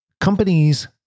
Companies